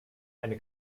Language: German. eine